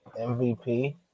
MVP